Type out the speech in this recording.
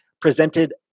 presented